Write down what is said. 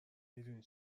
میدونی